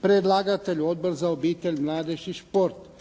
Predlagatelj Odbor za obitelj, mladež i šport.